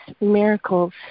miracles